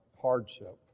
hardship